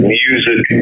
music